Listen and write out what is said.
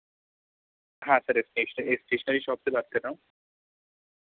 हाँ sir stationery stationery shop से बात कर रहा हूँ